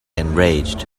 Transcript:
enraged